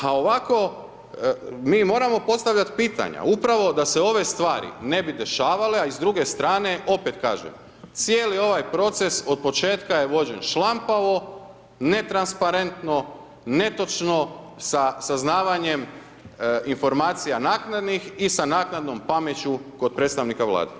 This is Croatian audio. A ovako mi moramo postavljati pitanja, da se ove stvari ne bi dešavale, a s druge strane opet kažem, cijeli ovaj proces od početka je vođen šlampavo, netransparentno, netočno, sa saznavanjem informacija naknadnih i sa naknadnom pameću kod predstavnika vlade.